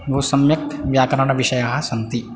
बहु सम्यक् व्याकरणविषयाः सन्ति